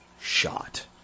shot